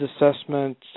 assessment